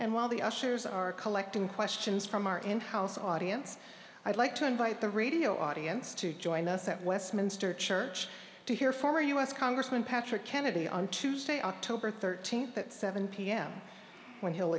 and while the ushers are collecting questions from our in house audience i'd like to invite the radio audience to join us at westminster church to hear former u s congressman patrick kennedy on tuesday october thirteenth at seven pm when he'll